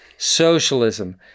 Socialism